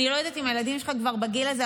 אני לא יודעת אם הילדים שלך כבר בגיל הזה,